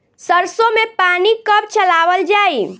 सरसो में पानी कब चलावल जाई?